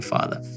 Father